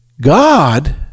God